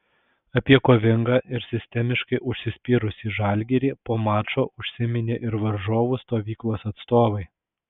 apie kovingą ir sistemiškai užsispyrusį žalgirį po mačo užsiminė ir varžovų stovyklos atstovai